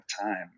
time